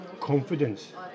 confidence